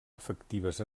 efectives